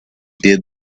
did